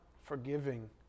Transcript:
Forgiving